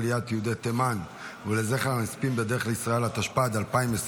תימן ולזכר הנספים בדרך לישראל, התשפ"ד 2024,